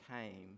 came